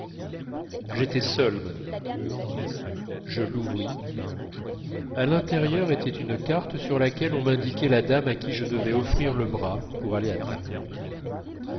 j'étais seul maintenant je l'ouvris à l'intérieur était une carte sur laquelle on m'indiquait la dame à qui je devais offrir le bras pour aller à table